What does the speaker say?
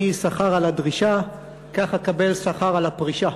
שכר על הדרישה כך אקבל שכר על הפרישה.